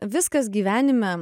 viskas gyvenime